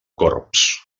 corbs